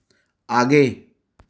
आगे